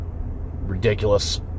Ridiculous